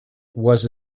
was